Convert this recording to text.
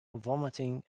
vomiting